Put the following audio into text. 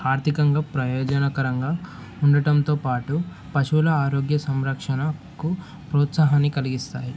ఆర్థికంగా ప్రయోజనకరంగా ఉండటంతో పాటు పశువుల ఆరోగ్య సంరక్షణకు ప్రోత్సాహాన్ని కలిగిస్తాయి